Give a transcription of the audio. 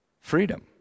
Freedom